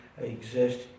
Exist